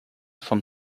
vom